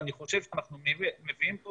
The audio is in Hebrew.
ואני חושב שאנחנו מביאים פה